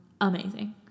amazing